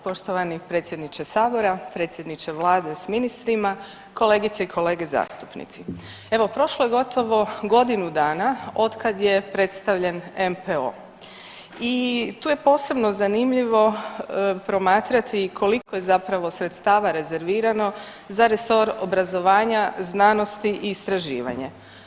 Poštovani predsjedniče sabora, predsjedniče vlade s ministrima, kolegice i kolege zastupnici, evo prošlo je gotovo godinu dana od kada je predstavljen NPO i tu je posebno zanimljivo promatrati koliko je zapravo sredstava rezervirano za resor obrazovanja, znanosti i istraživanja.